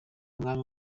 umwami